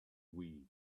wii